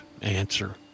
answer